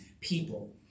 people